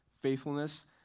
faithfulness